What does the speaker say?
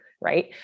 Right